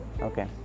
Okay